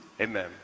Amen